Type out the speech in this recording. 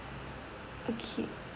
okay